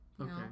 Okay